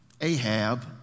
Ahab